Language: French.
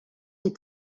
est